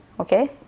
Okay